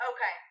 Okay